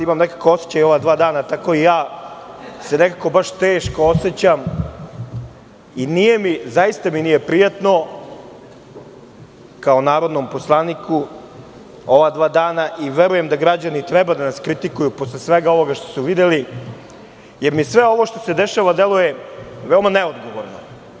Imam nekako osećaj ova dva dana, tako i ja se nekako baš teško osećam i nije mi, zaista mi nije prijatno kao narodnom poslaniku ova dva dana i verujem da građani treba da nas kritikuju posle svega ovoga što su videli, jer mi sve ovo što se dešava deluje veoma neodgovorno.